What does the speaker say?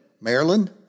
Maryland